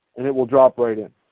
and it will drop right in.